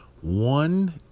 one